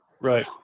Right